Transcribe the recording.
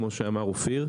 כמו שאמר אופיר,